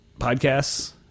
podcasts